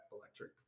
electric